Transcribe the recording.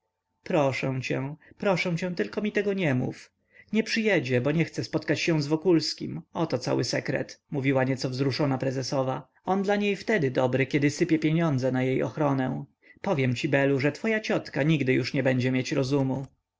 proszę cię proszę cię tylko tego mi nie mów nie przyjedzie bo nie chce spotkać się z wokulskim oto cały sekret mówiła nieco wzruszona prezesowa on dla niej wtedy dobry kiedy sypie pieniądze na jej ochronę powiem ci belu że twoja ciotka nigdy już nie będzie mieć rozumu